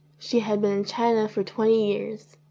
she had been in china for twenty years.